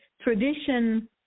tradition